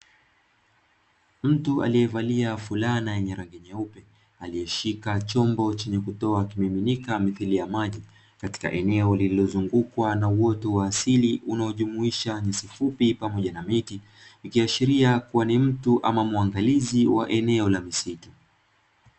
Mtu aliyevalia fulana yenye rangi nyeupe aliyeshika chombo chenye kutoa kimiminika mithili ya maji, katika eneo lililozungukwa na uoto wa asili unaojumuisha nyasi fupi pamoja na miti; ikiashiria kuwa ni mtu ama mwangalizi wa eneo la misitu.